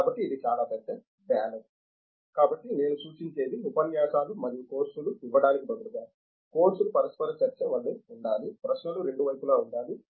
కాబట్టి ఇది చాలా పెద్ద బ్యాలెట్ కాబట్టి నేను సూచించేది ఉపన్యాసాలు మరియు కోర్సులు ఇవ్వడానికి బదులుగా కోర్సులు పరస్పర చర్చ వలె ఉండాలి ప్రశ్నలు రెండు వైపులా ఉండాలి